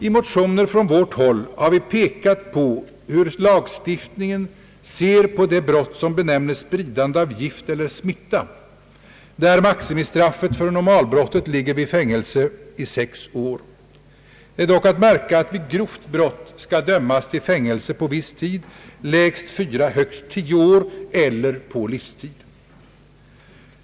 I motioner från vårt håll har vi framhållit hur lagstiftningen ser på det brott som benämnes spridande av gift eller smitta, där maximistraffet för normalbrottet ligger vid fängelse i sex år. Det är dock att märka att vid grovt brott skall dömas till fängelse på viss tid, lägst fyra och högst tio år eller på livstid.